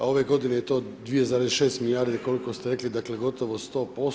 Ove godine je to 2,6 milijarde, koliko ste rekli, dakle gotovo 100%